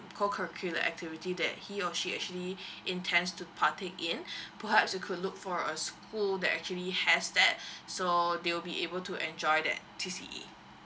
co curricular activities that he or she actually intends to partake in perhaps you could look for a school that actually has that so they will be able to enjoy that C C A